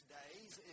days